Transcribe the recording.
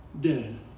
dead